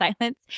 silence